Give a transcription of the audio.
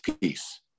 peace